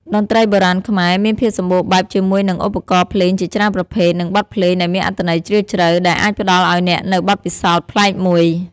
តន្ត្រីបុរាណខ្មែរ មានភាពសម្បូរបែបជាមួយនឹង ឧបករណ៍ភ្លេងជាច្រើនប្រភេទ និងបទភ្លេងដែលមានអត្ថន័យជ្រាលជ្រៅ ដែលអាចផ្ដល់ឱ្យអ្នកនូវបទពិសោធន៍ប្លែកមួយ។